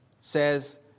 says